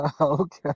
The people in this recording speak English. Okay